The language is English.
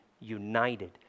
united